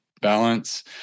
balance